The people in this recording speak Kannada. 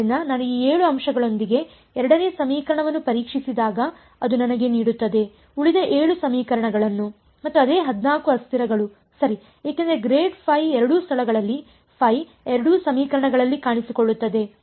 ಆದ್ದರಿಂದ ನಾನು ಈ 7 ಅಂಶಗಳೊಂದಿಗೆ 2 ನೇ ಸಮೀಕರಣವನ್ನು ಪರೀಕ್ಷಿಸಿದಾಗ ಅದು ನನಗೆ ನೀಡುತ್ತದೆ ಉಳಿದ 7 ಸಮೀಕರಣಗಳನ್ನು ಮತ್ತು ಅದೇ 14 ಅಸ್ಥಿರಗಳು ಸರಿ ಏಕೆಂದರೆ ಎರಡೂ ಸ್ಥಳಗಳಲ್ಲಿ ಎರಡೂ ಸಮೀಕರಣಗಳಲ್ಲಿ ಕಾಣಿಸಿಕೊಳ್ಳುತ್ತದೆ